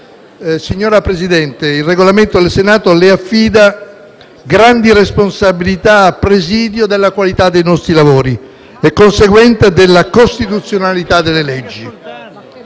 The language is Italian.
Signora Presidente, il Regolamento del Senato le affida grandi responsabilità a presidio della qualità dei nostri lavori e, conseguentemente, della costituzionalità delle leggi.